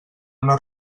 una